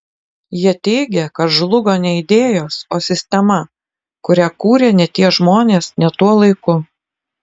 jie teigia kad žlugo ne idėjos o sistema kurią kūrė ne tie žmonės ne tuo laiku